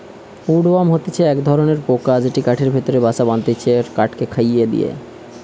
would worm হতিছে এক ধরণের পোকা যেটি কাঠের ভেতরে বাসা বাঁধটিছে কাঠকে খইয়ে দিয়া